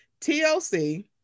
tlc